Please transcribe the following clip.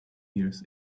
years